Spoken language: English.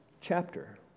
chapter